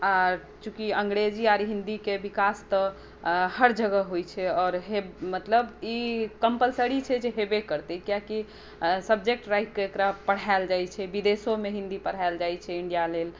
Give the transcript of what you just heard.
आओर चूँकि अंग्रेजी आ हिंदीके विकास तऽ हर जगह होइ छै आओर मतलब ई कंपल्सरी छै जे हेबै करतै कियाकी सब्जेक्ट राखिक एकरा पढायल जाइ छै विदेशोमे हिन्दी पढायल जाइ छै इंडिया लेल